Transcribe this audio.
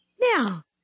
Now